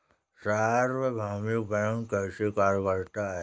सार्वभौमिक बैंक कैसे कार्य करता है?